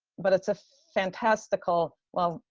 but it's a fantastical, well,